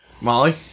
Molly